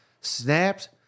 Snapped